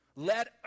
Let